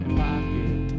pocket